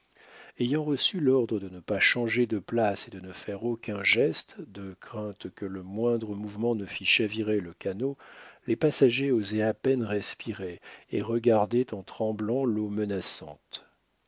ayant reçu l'ordre de ne pas changer de place et de ne faire aucun geste de crainte que le moindre mouvement ne fît chavirer le canot les passagers osaient à peine respirer et regardaient en tremblant l'eau menaçante